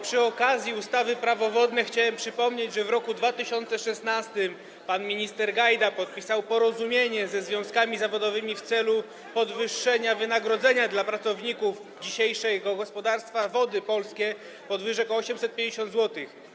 Przy okazji ustawy Prawo wodne chciałem przypomnieć, że w roku 2016 pan minister Gajda podpisał porozumienie ze związkami zawodowymi w celu podwyższenia wynagrodzenia dla pracowników dzisiejszego gospodarstwa Wody Polskie - chodzi o podwyżki o 850 zł.